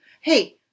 hey